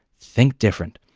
think different!